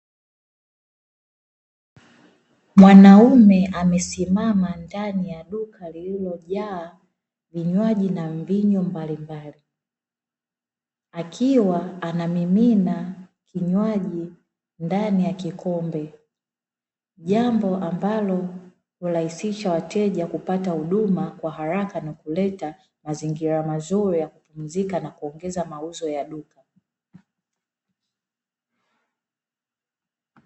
Mwanaume amesimama ndani ya duka lililojaa vinywaji na mvinyo mbalimbali, akiwa anamimina kinywaji ndani ya kikombe, jambo ambalo hurahisisha wateja kupata huduma kwa haraka na kuleta mazingira mazuri ya kupumzika na kuongeza mauzo ya duka.